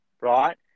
right